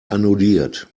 annulliert